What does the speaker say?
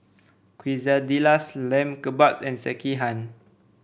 Quesadillas Lamb Kebabs and Sekihan